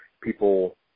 people